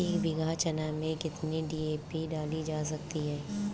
एक बीघा चना में कितनी डी.ए.पी डाली जा सकती है?